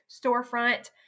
storefront